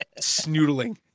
Snoodling